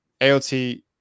AOT